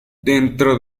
dentro